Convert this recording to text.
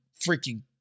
freaking